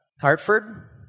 Hartford